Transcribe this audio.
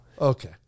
Okay